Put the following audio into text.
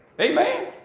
Amen